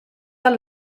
bat